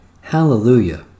Hallelujah